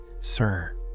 sir